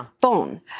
phone